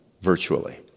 virtually